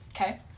Okay